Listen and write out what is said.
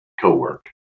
co-work